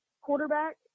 Quarterback